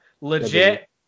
legit